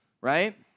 right